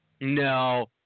No